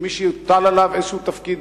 כמי שיוטל עליו תפקיד,